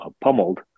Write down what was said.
pummeled